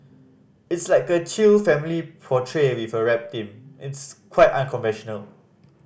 it's like a chill family portrait with a rap theme it's quite unconventional